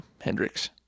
Hendrix